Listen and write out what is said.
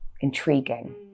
intriguing